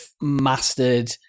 mastered